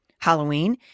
Halloween